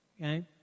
okay